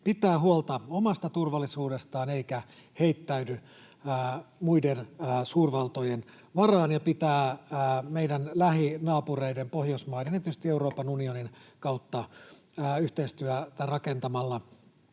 pitää huolta omasta turvallisuudestaan eikä heittäydy muiden, suurvaltojen, varaan ja pitää meidän lähinaapureiden, Pohjoismaiden ja tietysti Euroopan unionin, kautta yhteistyötä rakentamalla